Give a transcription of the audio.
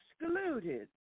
excluded